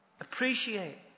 appreciate